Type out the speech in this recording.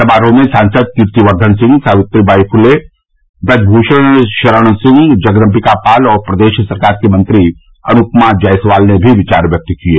समारोह में सांसद कीर्तिवर्द्दन सिंह सावित्री बाई फुले ब्रज भूषण शरण सिंह जगदम्बिका पाल और प्रदेश सरकार की मंत्री अनुपमा जायसवाल ने भी विचार व्यक्त किये